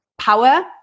power